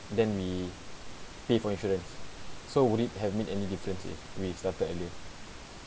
then we pay for insurance so would it have made any differences we started earlier